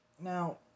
Now